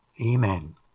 Amen